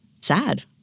Sad